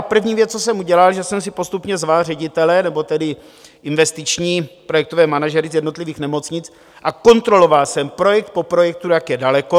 První věc, co jsem udělal, že jsem si postupně zval ředitele, nebo tedy investiční projektové manažery z jednotlivých nemocnic a kontroloval jsem projekt po projektu, jak je daleko.